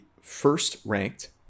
first-ranked